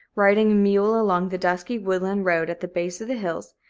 riding a mule along the dusky woodland road at the base of the hills,